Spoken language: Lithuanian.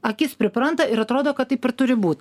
akis pripranta ir atrodo kad taip ir turi būt